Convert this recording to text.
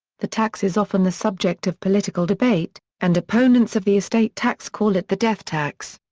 the tax is often the subject of political debate, and opponents of the estate tax call it the death tax.